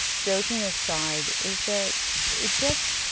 joking aside, is that it gets